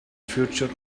future